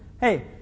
Hey